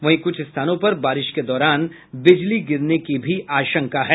वहीं कुछ स्थानों पर बारिश के दौरान बिजली गिरने की भी आशंका है